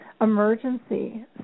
emergency